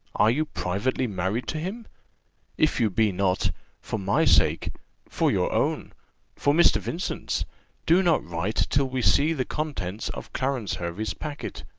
are you privately married to him if you be not for my sake for your own for mr. vincent's do not write till we see the contents of clarence hervey's packet.